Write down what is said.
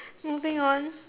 moving on